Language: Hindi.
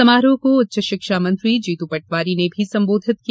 समारोह को उच्च शिक्षा मंत्री जीतू पटवारी ने भी संबोधित किया